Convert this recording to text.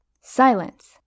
Silence